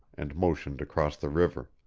and motioned across the river.